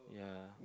yeah